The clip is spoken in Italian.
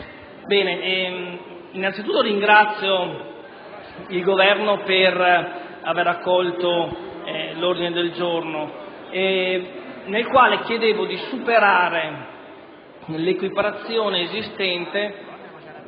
innanzi tutto ringrazio il Governo per aver accolto l'ordine del giorno nel quale chiedo di superare l'equiparazione esistente